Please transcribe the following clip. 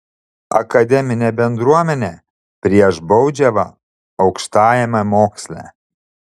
akademinė bendruomenė prieš baudžiavą aukštajame moksle